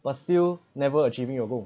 but still never achieving your goal